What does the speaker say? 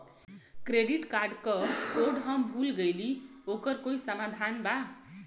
Credit card क code हम भूल गइली ओकर कोई समाधान बा?